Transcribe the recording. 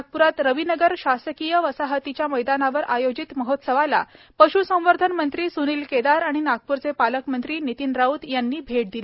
नागप्रात रविनगर शासकीय वसाहतीच्या मैदानावर आयोजित महोत्सवाला पश्संवर्धन मंत्री स्नील केदार आणि नागपूरचे पालक मंत्री नितीन राऊत यांनी भेट दिली